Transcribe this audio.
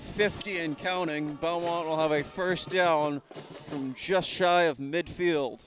fifty and counting beaumont will have a first down from just shy of midfield